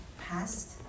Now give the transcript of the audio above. past